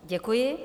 Děkuji.